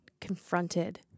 confronted